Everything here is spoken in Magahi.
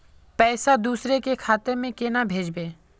पैसा दूसरे के खाता में केना भेजबे?